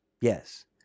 yes